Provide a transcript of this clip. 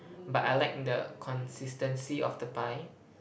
but I like the consistency of the pie